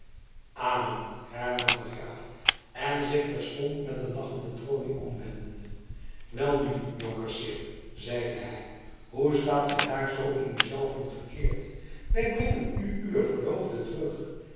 amen hernam de graaf en zich terstond met een lachende tronie omwendende welnu jonker seerp zeide hij hoe staat gij daar zoo in u zelven gekeerd wij brengen u uwe verloofde terug